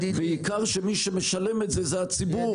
בעיקר כשמי שמשלם את זה זה הציבור,